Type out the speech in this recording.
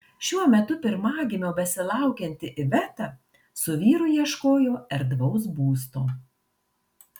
šiuo metu pirmagimio besilaukianti iveta su vyru ieškojo erdvaus būsto